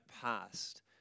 past